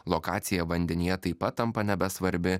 lokacija vandenyje taip pat tampa nebesvarbi